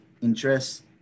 interests